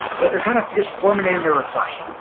but they're kind of just formulating their reply,